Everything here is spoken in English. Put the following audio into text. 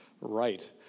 right